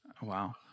Wow